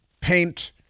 paint